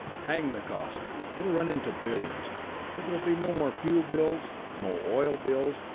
hang the cost. it'll run into billions but there will be no more fuel bills, no oil bills,